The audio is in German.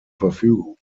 verfügung